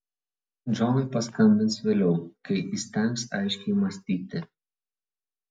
džonui paskambins vėliau kai įstengs aiškiai mąstyti